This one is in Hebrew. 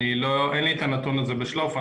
אין לי את הנתון הזה בשלוף.